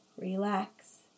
relax